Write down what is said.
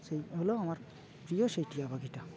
সেই হলো আমার প্রিয় সেই টিয়া পাখিটা